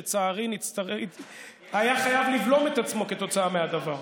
שלצערי היה חייב לבלום את עצמו כתוצאה מהדבר.